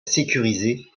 sécuriser